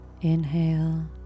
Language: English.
Inhale